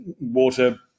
water